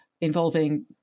involving